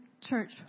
church